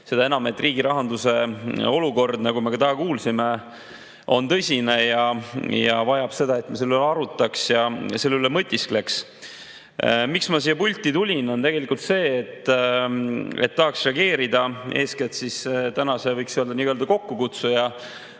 seda enam, et riigi rahanduse olukord, nagu me ka täna kuulsime, on tõsine ja vajab seda, et me selle üle arutaks ja selle üle mõtiskleks. Miks ma siia pulti tulin, on see, et tahaks reageerida eeskätt tänase [arutelu] nii-öelda kokkukutsuja